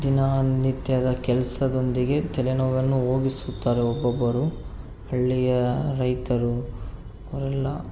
ದಿನನಿತ್ಯದ ಕೆಲಸದೊಂದಿಗೆ ತಲೆನೋವನ್ನು ಹೋಗಿಸುತ್ತಾರೆ ಒಬ್ಬೊಬ್ಬರು ಹಳ್ಳಿಯ ರೈತರು ಅವರೆಲ್ಲ